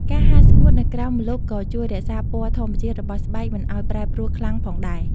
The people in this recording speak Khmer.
ការហាលស្ងួតនៅក្រោមម្លប់ក៏ជួយរក្សាពណ៌ធម្មជាតិរបស់ស្បែកមិនឱ្យប្រែប្រួលខ្លាំងផងដែរ។